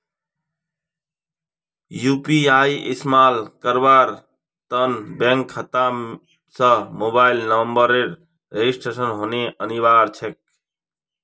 UPI इस्तमाल करवार त न बैंक खाता स मोबाइल नंबरेर रजिस्टर्ड होना अनिवार्य छेक